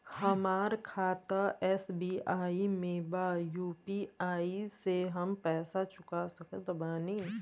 हमारा खाता एस.बी.आई में बा यू.पी.आई से हम पैसा चुका सकत बानी?